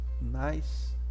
nice